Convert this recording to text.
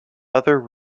other